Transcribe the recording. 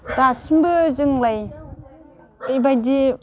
दासिमबो जोंलाय बेबायदि